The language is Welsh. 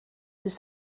dydd